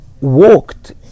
walked